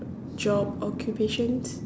job occupations